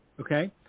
okay